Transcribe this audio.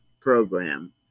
program